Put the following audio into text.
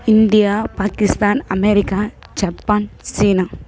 India Pakistan America Japan China